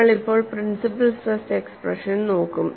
നമ്മൾ ഇപ്പോൾ principal stress expression നോക്കും